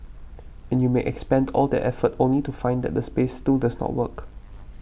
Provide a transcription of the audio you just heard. and you may expend all that effort only to find that the space still does not work